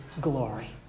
glory